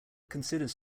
considers